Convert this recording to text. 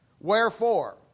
wherefore